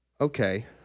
Okay